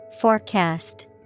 Forecast